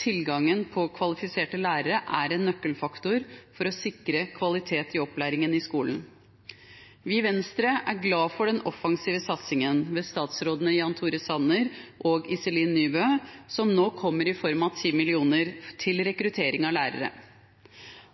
Tilgangen på kvalifiserte lærere er en nøkkelfaktor for å sikre kvalitet i opplæringen i skolen. Vi i Venstre er glade for den offensive satsingen ved statsrådene Jan Tore Sanner og Iselin Nybø, som nå kommer i form av 10 mill. kr til rekruttering av lærere.